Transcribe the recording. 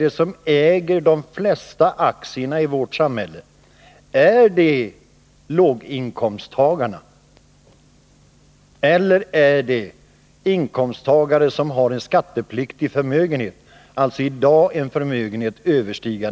Vilka äger de flesta aktierna i vårt samhälle? Är det låginkomstta Sedan detta att dessa rika människor har fått en bra utdelning.